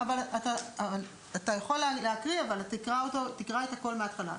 אתה יכול להקריא, אבל תקרא את הכול מהתחלה.